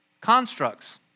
constructs